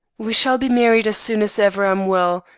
we shall be married as soon as ever i'm well,